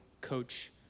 coach